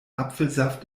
apfelsaft